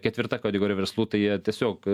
ketvirta kategorija verslų tai jie tiesiog